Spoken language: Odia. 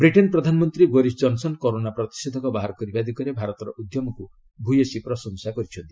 ବ୍ରିଟେନ୍ ପ୍ରଧାନମନ୍ତ୍ରୀ ବୋରିସ୍ ଜନ୍ସନ୍ କରୋନା ପ୍ରତିଷେଧକ ବାହାର କରିବା ଦିଗରେ ଭାରତର ଉଦ୍ୟମକ୍ତ ଭୟସୀ ପ୍ରଶଂସା କରିଛନ୍ତି